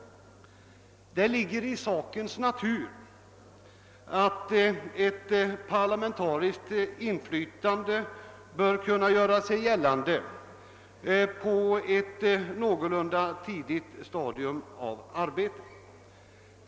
Det ligger i sakens natur att ett parlamentariskt inflytande bör kunna göra sig gällande på ett någorlunda tidigt stadium av arbetet.